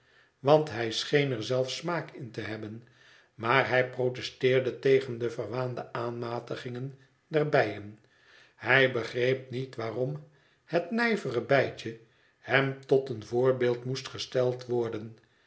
want hij scheen er zelfs smaak in te hebben maar hij protesteerde tegen de verwaande aanmatigingen der bijen hij begreep niet waarom het nijvere bijtje hem tot een voorbeeld moest gesteld worden